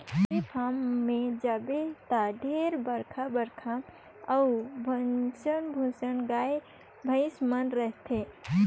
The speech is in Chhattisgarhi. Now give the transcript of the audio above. डेयरी फारम में जाबे त ढेरे बड़खा बड़खा अउ भुसंड भुसंड गाय, भइसी मन रथे